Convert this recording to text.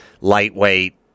lightweight